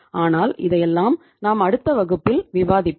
ஆனால் இதையெல்லாம் நாம் அடுத்த வகுப்பில் விவாதிப்போம்